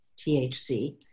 THC